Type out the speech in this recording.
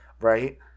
right